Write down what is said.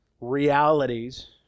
realities